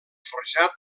forjat